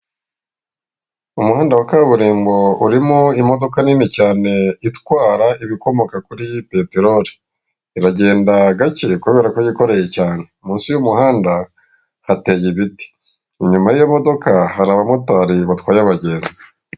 Umuhanda wa kaburimbo urimo imodoka nini cyane itwara ibikomoka kuri peteroli, iragenda gake kubera ko yikoreye cyane, munsi y'umuhanda hateye ibiti, inyuma y'iyo modoka hari aba motari batwaye abagenzi.